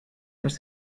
los